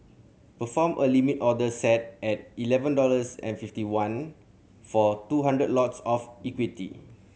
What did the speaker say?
perform a Limit order set at eleven dollars and fifty one for two hundred lots of equity